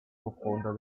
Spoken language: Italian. profonda